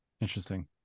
Interesting